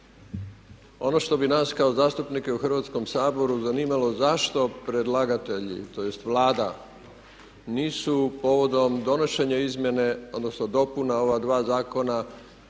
Ono što bi nas kao zastupnike u Hrvatskom saboru zanimalo zašto predlagatelji tj. Vlada nisu povodom donošenja izmjene, odnosno dopuna ova 2 zakona